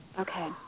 Okay